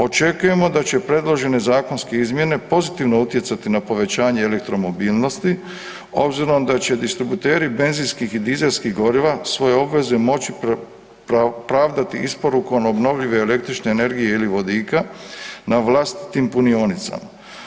Očekujemo da će predložene zakonske izmjene pozitivno utjecati na povećanje elektromobilnosti obzirom da će distributeri benzinskih i dizelskih goriva svoje obveze moći pravdati isporukom obnovljive električne energije ili vodika na vlastitim punionicama.